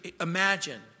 imagine